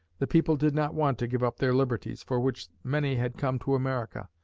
the people did not want to give up their liberties, for which many had come to america.